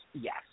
yes